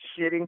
shitting